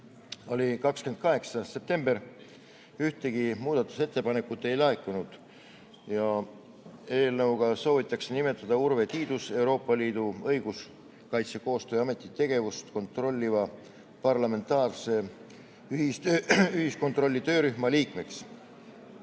oli 28. september. Ühtegi muudatusettepanekut ei laekunud. Eelnõuga soovitakse nimetada Urve Tiidus Euroopa Liidu Õiguskaitsekoostöö Ameti tegevust kontrolliva parlamentaarse ühiskontrolli töörühma liikmeks.